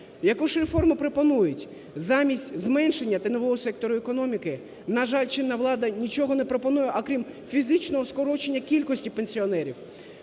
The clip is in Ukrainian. Яку ж форму пропонують? Замість зменшення тіньового сектору економіки, на жаль, чинна влада нічого не пропонує, окрім фізичного скорочення кількості пенсіонерів.